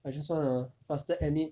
I just wanna faster end it